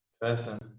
person